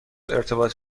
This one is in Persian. ارتباط